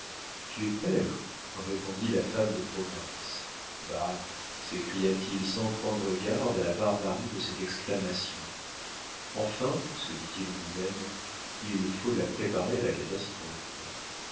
tu es père répondit la femme de province bah s'écria-t-il sans prendre garde à la barbarie de cette exclamation enfin se dit-il en lui-même il faut la préparer à la catastrophe